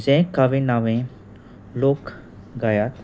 जें कावें नावे लोक गायात